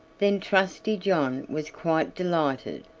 then trusty john was quite delighted,